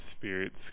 spirits